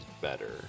better